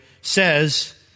says